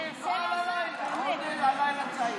נפעל הלילה.